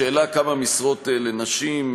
לשאלה כמה משרות לנשים,